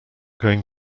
going